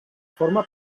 forma